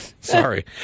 Sorry